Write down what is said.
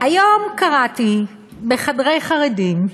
היום קראתי ב"בחדרי חרדים"